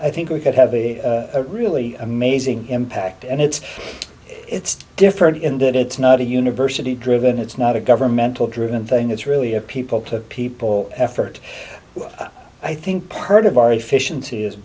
i think we could have a really amazing impact and it's it's different in that it's not a university driven it's not a governmental driven thing it's really a people to people effort i think part of our efficiency